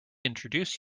introduce